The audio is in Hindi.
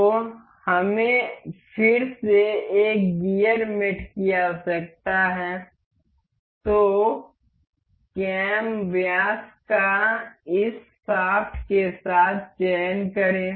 तो हमें फिर से एक गियर मेट की आवश्यकता है तो कैम व्यास का इस शाफ्ट के साथ चयन करें